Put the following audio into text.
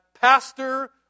pastor